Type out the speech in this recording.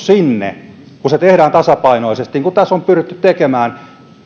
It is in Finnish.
sinne kun se tehdään tasapainoisesti niin kuin tässä on pyritty tekemään